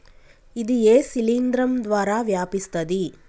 ఇది ఏ శిలింద్రం ద్వారా వ్యాపిస్తది?